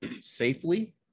safely